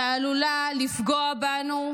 ועלולה לפגוע בנו,